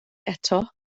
eto